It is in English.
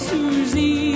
Susie